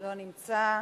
לא נמצא.